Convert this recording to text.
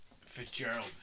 Fitzgerald